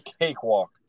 cakewalk